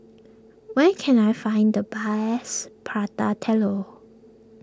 where can I find the best Prata Telur